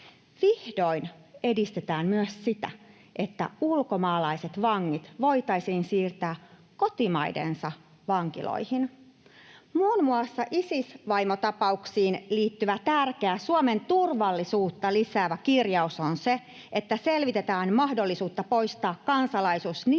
Vihdoin edistetään myös sitä, että ulkomaalaiset vangit voitaisiin siirtää kotimaidensa vankiloihin. Muun muassa Isis-vaimo-tapauksiin liittyvä tärkeä Suomen turvallisuutta lisäävä kirjaus on se, että selvitetään mahdollisuutta poistaa kansalaisuus niiltä